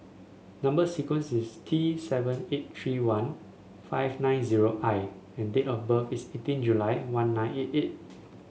number sequence is T seven eight three one five nine zero I and date of birth is eighteen July one nine eight eight